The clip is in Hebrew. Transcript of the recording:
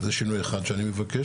זה שינוי אחד שאני מבקש,